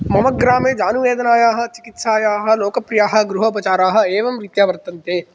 मम ग्रामे जानुवेदनायाः चिकित्सायाः लोकप्रियाः गृहोपचाराः एवं रीत्या वर्तन्ते